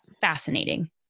fascinating